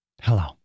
Hello